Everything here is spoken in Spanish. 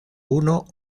uno